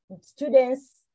students